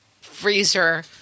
freezer